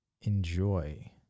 enjoy